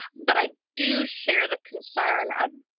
but i do share the concern, ah